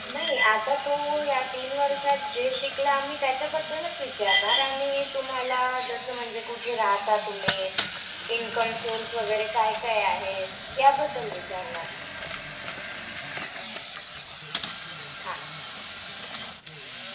नाही आता तो या तीन वर्षात जे शिकला आम्ही त्याच्याबद्दलच विचारणार आम्ही तुम्हाला जसं म्हणजे कुठे राहता तुम्ही इन्कम सोर्स वगैरे काय काय आहे याबद्दल विचारणार हा